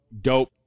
dope